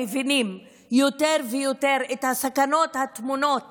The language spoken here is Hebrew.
מבינים יותר ויותר את הסכנות הטמונות